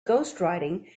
ghostwriting